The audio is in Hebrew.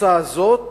הקבוצה הזאת,